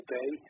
day